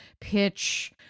pitch